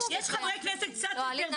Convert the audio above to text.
יש חברי כנסת קצת יותר ותיקים.